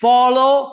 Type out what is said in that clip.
Follow